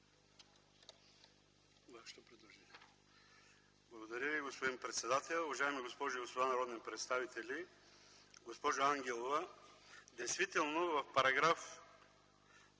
Благодаря Ви, господин председател. Уважаеми госпожи и господа народни представители, госпожо Ангелова! Действително в предния